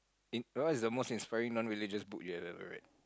in~ what's the most inspiring non religious book you have ever read